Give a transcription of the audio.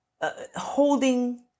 holding